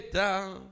down